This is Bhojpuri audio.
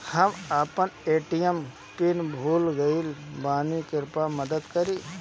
हम अपन ए.टी.एम पिन भूल गएल बानी, कृपया मदद करीं